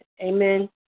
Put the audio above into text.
Amen